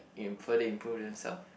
it further improve themselves